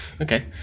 Okay